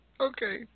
Okay